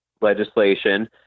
legislation